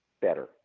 better